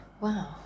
Wow